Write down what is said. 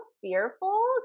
fearful